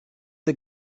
the